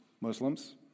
Muslims